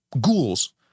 ghouls